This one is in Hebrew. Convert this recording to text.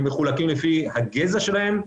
הם מחולקים לפי הגזע שלהם.